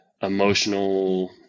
emotional